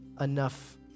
enough